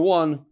one